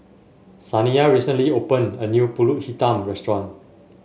Saniyah recently opened a new pulut Hitam Restaurant